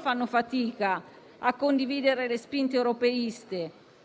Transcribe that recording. fanno fatica a condividere non solo le spinte europeiste,